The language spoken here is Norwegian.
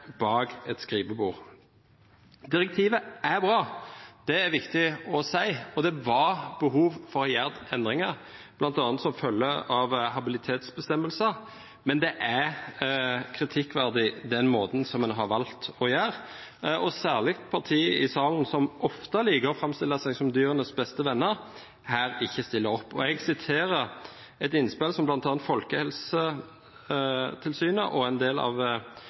bak et skrivebord. Direktivet er bra – det er det viktig å si – og det var behov for å gjøre endringer, bl.a. som følge av habilitetsbestemmelser, men det er den måten som en har valgt å gjøre det på, som er kritikkverdig, og særlig at partier her i salen som ofte liker å framstille seg som dyrenes beste venner, ikke stiller opp. Jeg siterer et innspill som bl.a. Folkehelsetilsynet og en del av